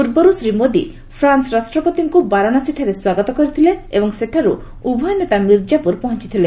ପୂର୍ବରୁ ଶ୍ରୀ ମୋଦି ଫ୍ରାନ୍ସ ରାଷ୍ଟ୍ରପତିଙ୍କୁ ବାରାଣାସୀଠାରେ ସ୍ୱାଗତ କରିଥିଲେ ଏବଂ ସେଠାରୁ ଉଭୟ ନେତା ମିର୍ଜାପୁର ପହଞ୍ଚଥିଲେ